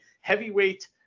heavyweight